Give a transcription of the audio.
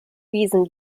wiesen